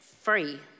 free